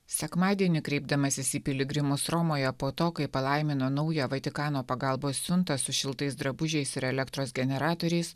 sekmadienį kreipdamasis į piligrimus romoje po to kai palaimino naują vatikano pagalbos siuntą su šiltais drabužiais ir elektros generatoriais